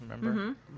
Remember